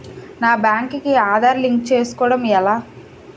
నా బ్యాంక్ కి ఆధార్ లింక్ చేసుకోవడం ఎలా?